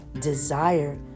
desire